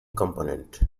component